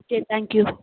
okay thank you